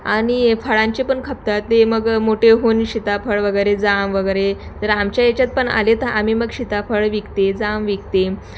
आणि फळांचे पण खपतात ते मग मोठे होऊन सिताफळ वगैरे जाम वगैरे जर आमच्या याच्यात पण आले तर आम्ही मग सिताफळ विकते जाम विकते